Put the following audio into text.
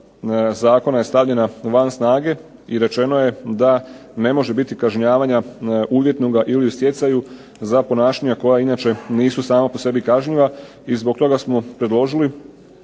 zakona je stavljena van snage, i rečeno je da ne može biti kažnjavanja uvjetnoga ili u stjecaju za ponašanja koja inače nisu sama po sebi kažnjiva, i zbog toga smo predložili